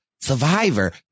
Survivor